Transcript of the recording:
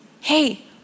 Hey